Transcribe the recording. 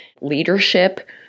leadership